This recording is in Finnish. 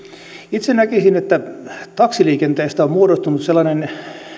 itse näkisin että taksiliikenteestä on muodostunut sellainen